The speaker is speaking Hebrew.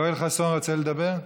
רוצה לדבר?